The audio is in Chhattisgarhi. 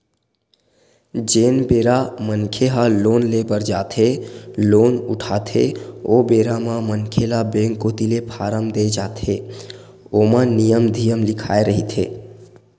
जेन बेरा मनखे ह लोन ले बर जाथे लोन उठाथे ओ बेरा म मनखे ल बेंक कोती ले फारम देय जाथे ओमा नियम धियम लिखाए रहिथे